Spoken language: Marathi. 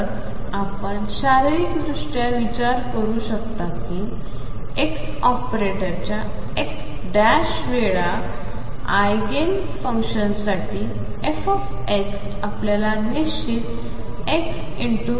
तर आपण शारीरिकदृष्ट्या विचार करू शकता की x ऑपरेटरच्या x ̂ वेळा आयगेन फंक्शन्ससाठी f आपल्याला निश्चित xx0